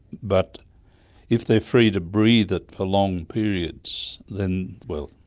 but if they're free to breathe it for long periods then. well,